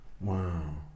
Wow